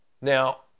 Now